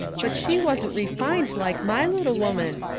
but she wasn't refined like my little woman,